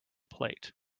plate